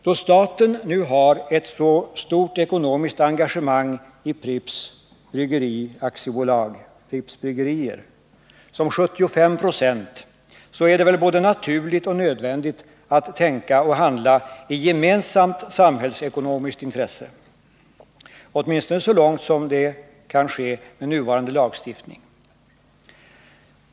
Då staten har ett så stort ekonomiskt engagemang i Pripps Bryggerier AB som 75 96, så är det väl både naturligt och nödvändigt att tänka och handla i gemensamt samhällsekonomiskt intresse åtminstone så långt som det kan ske med nuvarande lagstiftning.